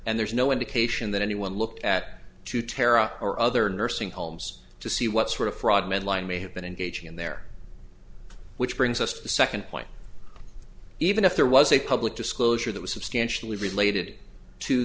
and there's no indication that anyone looked at to tara or other nursing homes to see what sort of fraud medline may have been engaging in there which brings us to the second point even if there was a public disclosure that was substantially related to